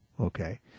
okay